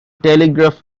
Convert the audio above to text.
telegraph